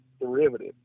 derivative